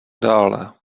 dále